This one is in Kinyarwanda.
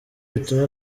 bituma